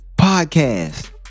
podcast